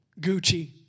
Gucci